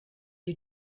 you